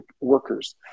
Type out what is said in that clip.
workers